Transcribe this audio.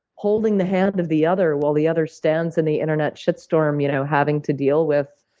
holding the hand of the other, while the other stands in the internet shit storm, you know having to deal with